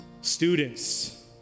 students